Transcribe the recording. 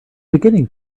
beginning